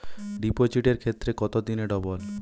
ডিপোজিটের ক্ষেত্রে কত দিনে ডবল?